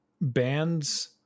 bands